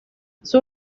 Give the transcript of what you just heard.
sus